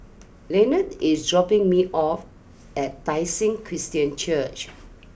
Lenon is dropping me off at Tai Seng Christian Church